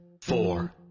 four